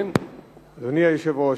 אדוני היושב-ראש,